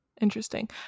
Interesting